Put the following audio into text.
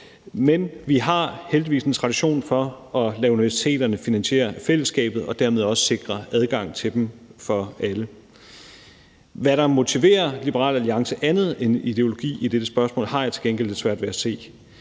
Men vi har heldigvis en tradition for at lade universiteterne finansiere af fællesskabet og dermed også for at sikre adgang til dem for alle. Hvad der motiverer Liberal Alliance ud over ideologi i dette spørgsmål, har jeg til gengæld lidt svært ved at se.